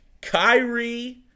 Kyrie